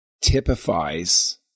typifies